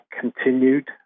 continued